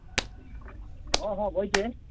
ହଁ ହଁ ବସିଛି ଏ